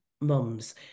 mums